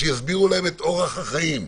שיסבירו להם את אורח החיים.